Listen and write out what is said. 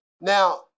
now